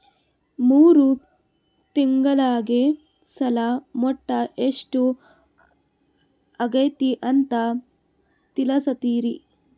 ಮೂರು ತಿಂಗಳಗೆ ಸಾಲ ಮೊತ್ತ ಎಷ್ಟು ಆಗೈತಿ ಅಂತ ತಿಳಸತಿರಿ?